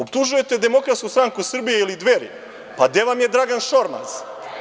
Optužujete Demokratsku stranku Srbije ili Dveri, pa gde vam je Dragan Šormaz?